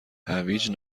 هویج